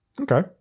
Okay